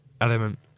element